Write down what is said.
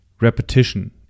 repetition